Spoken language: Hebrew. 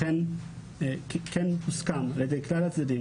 לכן הוסכם על-ידי כלל הצדדים,